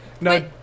No